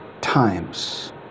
times